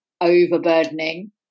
overburdening